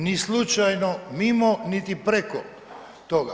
Ni slučajno mimo, niti preko toga.